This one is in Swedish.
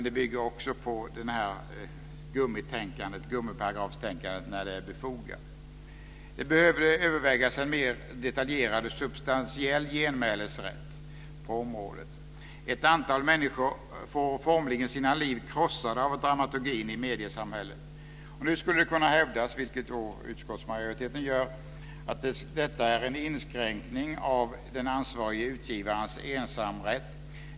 Det bygger också på gummiparagrafstänkandet "när det är befogat". Det behöver övervägas en mer detaljerad och substantiell genmälesrätt på området. Ett antal människor får formligen sina liv krossade av dramaturgin i mediesamhället. Nu skulle det kunna hävdas, vilket utskottsmajoriteten gör, att detta är en inskränkning av den ansvarige utgivarens ensamrätt.